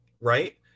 right